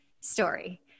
story